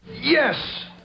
Yes